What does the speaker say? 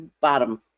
bottom